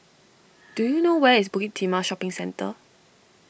do you know where is Bukit Timah Shopping Centre